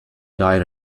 died